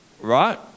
Right